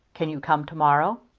can you come to-morrow?